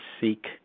seek